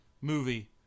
movie